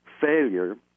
failure